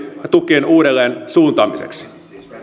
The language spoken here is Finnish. tukien uudelleensuuntaamiseksi